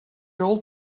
old